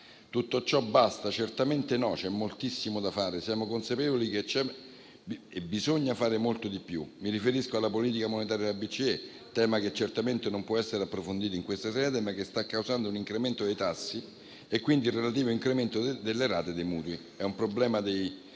Tutto ciò basta? Certamente no, c'è moltissimo da fare. Siamo consapevoli che bisogna fare molto di più. Mi riferisco alla politica monetaria della BCE, tema che certamente non può essere approfondito in questa sede, ma che sta causando un incremento dei tassi e quindi il relativo incremento delle rate dei mutui. È un problema dai